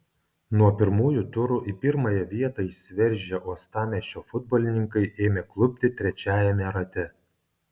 nuo pirmųjų turų į pirmąją vietą išsiveržę uostamiesčio futbolininkai ėmė klupti trečiajame rate